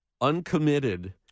uncommitted